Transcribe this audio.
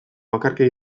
bakarka